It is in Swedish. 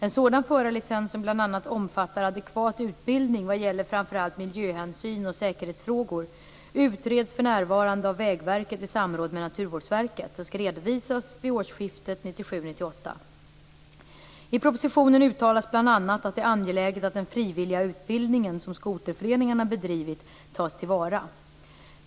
En sådan förarlicens, som bl.a. skall omfatta adekvat utbildning vad gäller framför allt miljöhänsyn och säkerhetsfrågor, utreds för närvarande av Vägverket i samråd med Naturvårdsverket. Uppdraget skall redovisas vid årsskiftet 1997/98. I propositionen uttalas bl.a. att det är angeläget att den frivilliga utbildningen som skoterföreningarna bedrivit tas till vara.